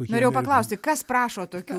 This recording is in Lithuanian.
norėjau paklausti kas prašo tokių